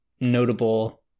notable